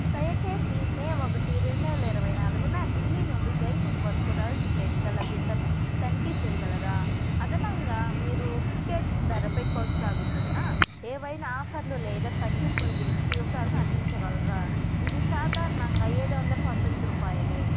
దయచేసి మే ఒకటి రెండు వేల ఇరవై నాలుగున ఢిల్లీ నుండి జైపూర్ వరకు రైలు టిక్కెట్ల లభ్యతను తనిఖీ చేయగలరా అదనంగా మీరు టికెట్ ధరపై కొనసాగుతున్న ఏవైనా ఆఫర్లు లేదా తగ్గింపులు గురించి వివరాలను అందించగలరా ఇది సాధారణంగా ఏడు వందలు పంతొమ్మిది రూపాయలు